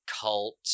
Cult